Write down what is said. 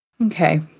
okay